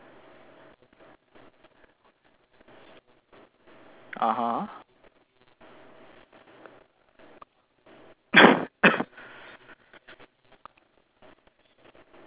(uh huh)